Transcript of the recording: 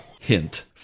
Hint